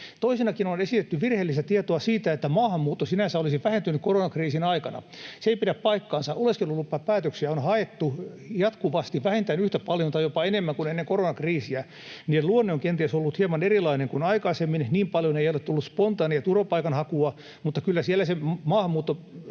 Toisenakin on esitetty virheellistä tietoa siitä, että maahanmuutto sinänsä olisi vähentynyt koronakriisin aikana. Se ei pidä paikkaansa. Oleskelulupapäätöksiä on haettu jatkuvasti vähintään yhtä paljon tai jopa enemmän kuin ennen koronakriisiä. Niiden luonne on kenties ollut hieman erilainen kuin aikaisemmin, niin paljon ei ole tullut spontaania turvapaikanhakua, mutta kyllä se Maahanmuuttoviraston